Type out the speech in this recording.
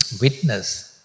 Witness